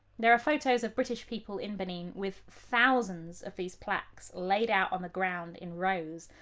there are photos of british people in benin with thousands of these plaques laid out on the ground in rows,